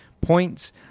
points